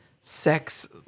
sex